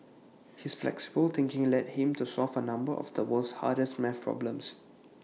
his flexible thinking led him to solve A number of the world's hardest math problems